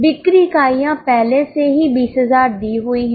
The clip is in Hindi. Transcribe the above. बिक्री इकाइयाँ पहले से ही 20000 दी हुई हैं